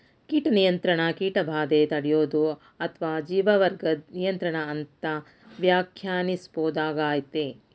ಕೀಟ ನಿಯಂತ್ರಣ ಕೀಟಬಾಧೆ ತಡ್ಯೋದು ಅತ್ವ ಜೀವವರ್ಗದ್ ನಿಯಂತ್ರಣ ಅಂತ ವ್ಯಾಖ್ಯಾನಿಸ್ಬೋದಾಗಯ್ತೆ